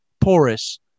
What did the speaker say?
porous